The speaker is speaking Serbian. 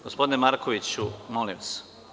Gospodine Markoviću, molim vas.